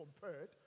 compared